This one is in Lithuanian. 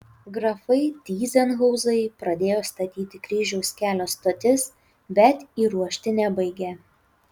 grafai tyzenhauzai pradėjo statyti kryžiaus kelio stotis bet įruošti nebaigė